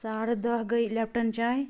ساڈٕ دَہ گٔے لیٚپٹن چاے